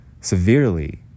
severely